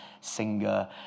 singer